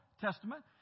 Testament